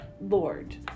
Lord